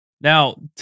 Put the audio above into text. now